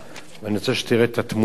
ואני רוצה שתראה את התמונה הזאת: